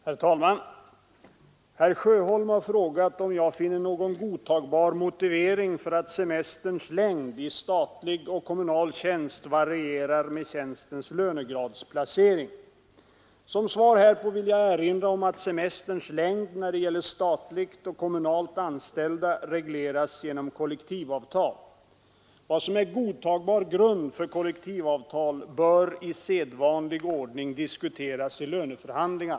Herr talman! Herr Sjöholm har frågat om jag finner någon godtagbar motivering för att semesterns längd i statlig och kommunal tjänst varierar med tjänstens lönegradsplacering. Som svar härpå vill jag erinra om att semesterns längd när det gäller statligt och kommunalt anställda regleras genom kollektivavtal. Vad som är godtagbar grund för kollektivavtal bör i sedvanlig ordning diskuteras i löneförhandlingar.